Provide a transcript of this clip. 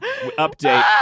update